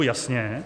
Jasně.